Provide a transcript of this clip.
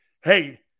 hey